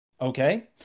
okay